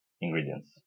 ingredients